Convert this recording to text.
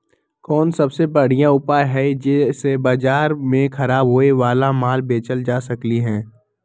कोन सबसे बढ़िया उपाय हई जे से बाजार में खराब होये वाला माल बेचल जा सकली ह?